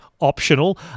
optional